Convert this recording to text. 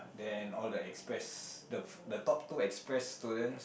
then all the express the top two express student